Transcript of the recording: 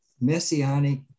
messianic